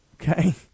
Okay